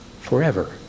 forever